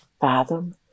fathom